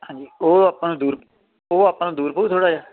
ਹਾਂਜੀ ਉਹ ਆਪਾਂ ਦੂਰ ਉਹ ਆਪਾਂ ਨੂੰ ਦੂਰ ਪਉ ਥੋੜ੍ਹਾ ਜਿਹਾ